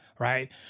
Right